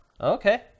Okay